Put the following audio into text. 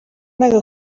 ndende